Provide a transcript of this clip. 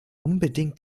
unbedingt